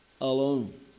alone